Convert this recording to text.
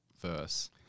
verse